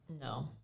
no